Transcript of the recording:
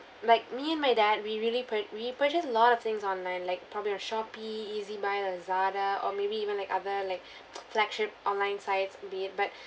like me and my dad we really pur~ we purchase lot of things online like probably on shopee ezbuy lazada or maybe even like other like flagship online sites be it but